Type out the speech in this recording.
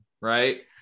right